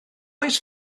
oes